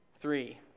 Three